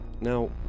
Now